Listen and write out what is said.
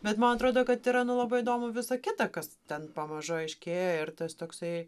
bet man atrodo kad yra nu labai įdomu visa kita kas ten pamažu aiškėja ir tas toksai